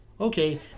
okay